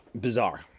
Bizarre